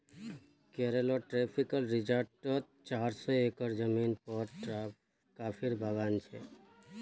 केरलत ट्रैंक्विल रिज़ॉर्टत चार सौ एकड़ ज़मीनेर पर कॉफीर बागान छ